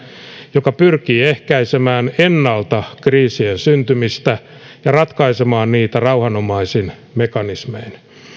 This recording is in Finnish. joka pyrkii ehkäisemään ennalta kriisien syntymistä ja ratkaisemaan niitä rauhanomaisin mekanismein